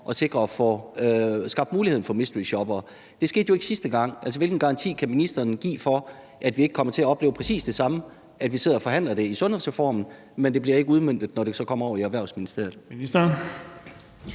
for at kunne anvende mysteryshoppere. Det skete jo ikke sidste gang, så hvilken garanti kan ministeren give for, at vi ikke kommer til at opleve præcis det samme, hvor vi sidder og forhandler det i forbindelse med sundhedsreformen, uden at det bliver udmøntet, når det så kommer over i Erhvervsministeriet?